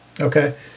Okay